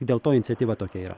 dėl to iniciatyva tokia yra